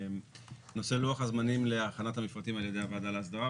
נושא לוח הזמנים להכנת המפרטים על ידי הוועדה להסדרה.